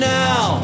now